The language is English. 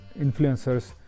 influencers